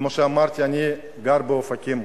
כמו שאמרתי, אני גר באופקים.